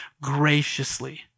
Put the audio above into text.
graciously